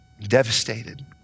Devastated